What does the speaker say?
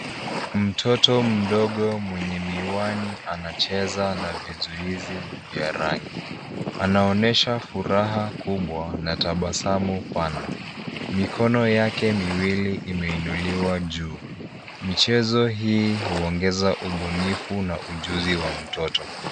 Mtoto mdogo mwenye miwani anacheza na vizuizi vya rangi. Anaonyesha furaha kubwa na tabasamu pana. Mikono yake miwili imeinuliwa juu. Michezo hii huongeza ubunifu na ujuzi wa mtoto.